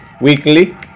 weekly